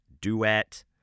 duet